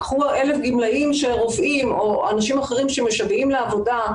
קחו 1,000 גימלאים רופאים או אנשים אחרים שמשוועים לעבודה,